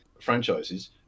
franchises